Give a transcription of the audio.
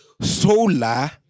solar